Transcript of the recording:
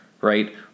right